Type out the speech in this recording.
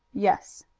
yes.